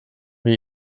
wir